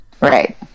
Right